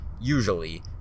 usually